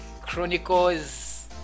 chronicles